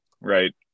right